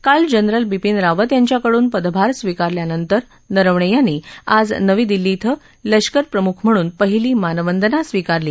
काल जनरल बिपीन रावत यांच्याकडून पदभार स्वीकारल्यानंतर नरवणे यांनी आज नवी दिल्ली ॐ लष्करप्रमुख म्हणून पहिली मानवंदना स्वीकारली